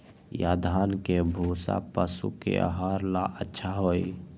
या धान के भूसा पशु के आहार ला अच्छा होई?